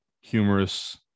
humorous